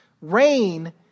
rain